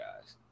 guys